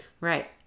Right